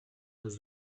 was